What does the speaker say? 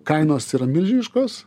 kainos yra milžiniškos